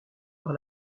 par